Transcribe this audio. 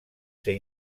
ser